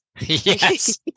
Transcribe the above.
Yes